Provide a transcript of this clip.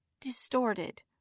Distorted